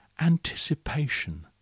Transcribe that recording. anticipation